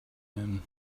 man